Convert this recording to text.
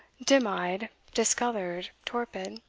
dim-eyed, discoloured, torpid.